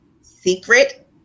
secret